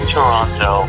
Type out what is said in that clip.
Toronto